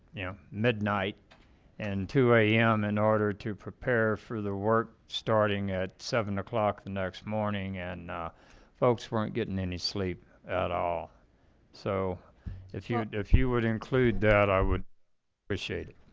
you know midnight and two a m in order to prepare for the work starting at seven o'clock the next morning and folks weren't getting any sleep at all so if you'd yeah if you would include that, i would appreciate it